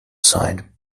side